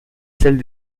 celle